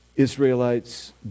Israelites